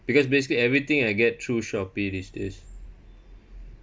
because basically everything I get through Shopee these days